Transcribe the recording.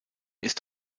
ist